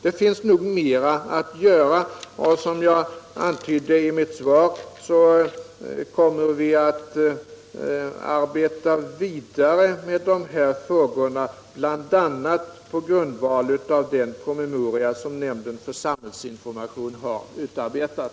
Det finns nog mer att göra, och som jag antydde i mitt svar kommer vi att arbeta vidare med de här frågorna bl.a. på grundval av den promemoria som nämnden för samhällsinformation har utarbetat.